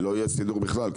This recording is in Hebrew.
לא יהיה סידור בכלל,